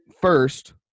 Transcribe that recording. first